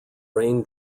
rain